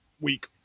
week